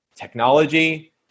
technology